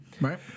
Right